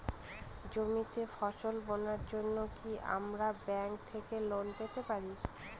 জমিতে ফসল বোনার জন্য কি আমরা ব্যঙ্ক থেকে লোন পেতে পারি?